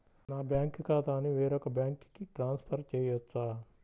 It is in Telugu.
నా బ్యాంక్ ఖాతాని వేరొక బ్యాంక్కి ట్రాన్స్ఫర్ చేయొచ్చా?